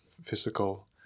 physical